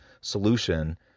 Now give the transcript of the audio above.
solution